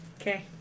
Okay